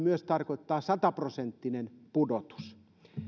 myös sata prosenttista pudotusta